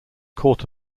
court